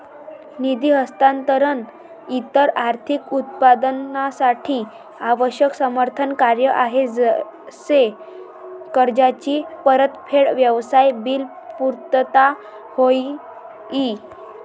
निधी हस्तांतरण इतर आर्थिक उत्पादनांसाठी आवश्यक समर्थन कार्य आहे जसे कर्जाची परतफेड, व्यवसाय बिल पुर्तता होय ई